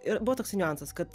ir buvo toksai niuansas kad